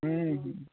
हूँ हूँ